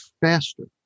faster